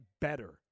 better